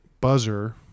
buzzer